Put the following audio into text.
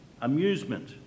amusement